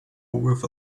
with